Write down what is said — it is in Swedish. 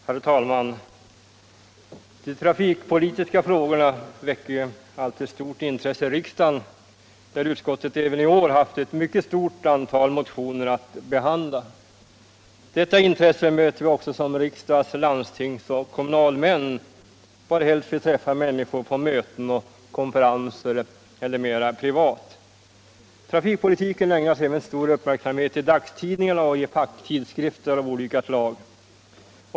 Herr talman! De trafikpolitiska frågorna väcker alltid stort intresse i riksdagen, där utskottet även i år haft ett mycket stort antal motioner att behandla. Detta intresse möter vi också som riksdags-, landstingsoch kommunalmän. var helst vi träffar människor på möten och konferenser eller mera privat. Trafikpolitiken ägnas även stor uppmärksamhet i dagstidningarna och i facktidskrifter av olika slag.